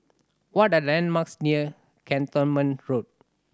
what are the landmarks near Cantonment Road